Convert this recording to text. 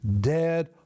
dead